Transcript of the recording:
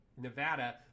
Nevada